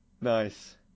Nice